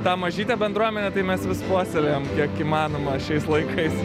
tą mažytę bendruomenę mes vis puoselėjam kiek įmanoma šiais laikais